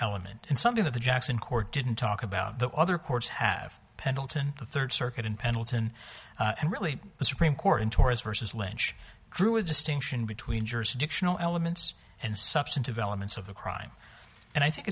element in something of the jackson court didn't talk about the other courts have pendleton the third circuit in pendleton and really the supreme court in torrance versus lynch drew a distinction between jurisdictional elements and substantive elements of the crime and i think